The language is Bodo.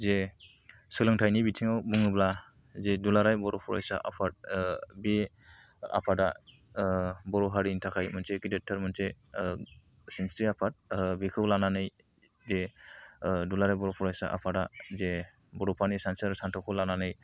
जे सोलोंथाइनि बिथिङाव बुङोब्ला जे दुलाराय बर' फरायसा आफादा बे आफादा बर' हारिनि थाखाय मोनसे गिदिरथार मोनसे सिनस्रि आफाद बेखौ लानानै जे दुलाराय बर'फरायसा आफादा जे बड'फानि सानस्रि सानथौखौ लानानै